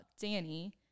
Danny